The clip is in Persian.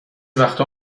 وقتها